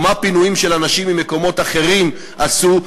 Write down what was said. או מה פינויים של אנשים ממקומות אחרים עשו,